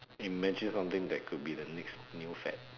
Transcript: imagine something that could be the next new fad